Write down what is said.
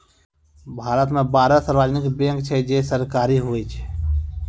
भारत मे बारह सार्वजानिक बैंक छै जे सरकारी हुवै छै